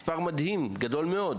זה מספר מדהים, גדול מאוד.